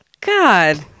God